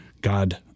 God